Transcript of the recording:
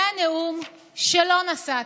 זה הנאום שלא נשאת: